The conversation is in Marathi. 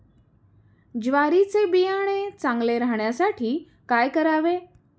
ज्वारीचे बियाणे चांगले राहण्यासाठी काय करावे?